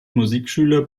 musikschule